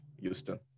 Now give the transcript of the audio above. Houston